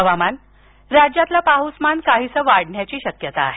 हवामान राज्यातलं पाऊसमान काहीसं वाढण्याची शक्यता आहे